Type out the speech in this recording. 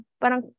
parang